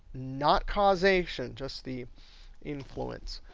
not causation, just the influence.